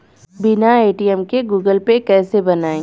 बिना ए.टी.एम के Google Pay कैसे बनायें?